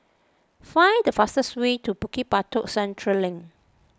find the fastest way to Bukit Batok Central Link